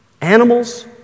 animals